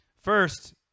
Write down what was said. First